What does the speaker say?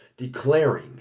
declaring